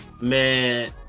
Man